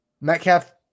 Metcalf